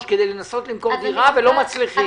כדי לנסות למכור דירה ולא מצליחים.